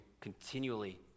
continually